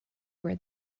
where